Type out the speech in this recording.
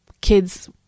kids